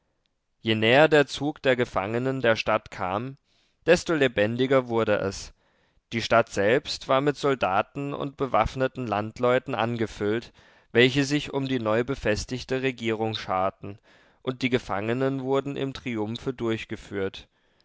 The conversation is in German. je näher der zug der gefangenen der stadt kam desto lebendiger wurde es die stadt selbst war mit soldaten und bewaffneten landleuten angefüllt welche sich um die neu befestigte regierung scharten und die gefangenen wurden im triumphe durchgeführt